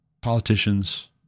politicians